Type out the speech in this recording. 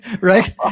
Right